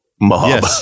mob